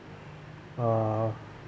uh